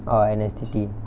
orh N_S_T_T